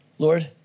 Lord